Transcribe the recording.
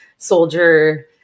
soldier